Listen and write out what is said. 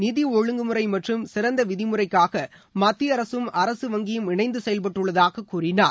நிதிஒழுங்கு முறைமற்றும் சிறந்தவிதிமுறைக்காகமத்தியஅரசும் அரசு வங்கியும் இணைந்துசெயல்பட்டுள்ளதாககூறினார்